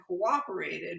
cooperated